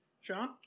Sean